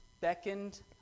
beckoned